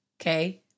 Okay